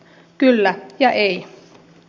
kyllä ja ei